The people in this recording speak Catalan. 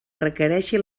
requereixi